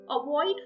Avoid